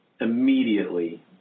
immediately